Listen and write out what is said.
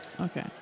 Okay